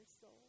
soul